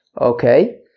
Okay